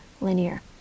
linear